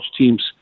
teams